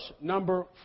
number